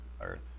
earth